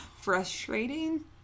frustrating